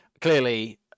clearly